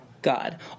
God